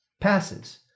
Passes